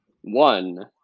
One